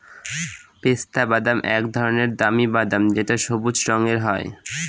পেস্তা বাদাম এক ধরনের দামি বাদাম যেটা সবুজ রঙের হয়